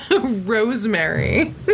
Rosemary